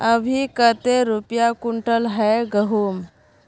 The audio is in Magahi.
अभी कते रुपया कुंटल है गहुम?